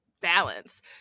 balance